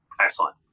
excellent